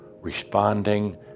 responding